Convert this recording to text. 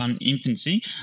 infancy